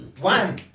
One